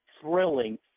thrilling